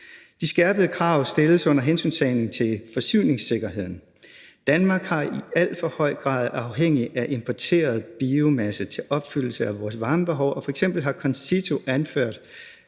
De skærpede krav stilles under hensyntagen til forsyningssikkerheden. Danmark er i alt for høj grad afhængig af importeret biomasse til opfyldelse af vores varmebehov, og f.eks. har Concito anført,